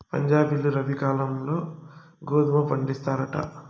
పంజాబీలు రబీ కాలంల గోధుమ పండిస్తారంట